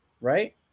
right